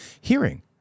hearing